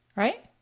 right?